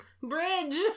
Bridge